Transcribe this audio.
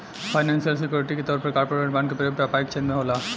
financial security के तौर पर कॉरपोरेट बॉन्ड के प्रयोग व्यापारिक छेत्र में होला